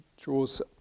draws